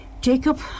Jacob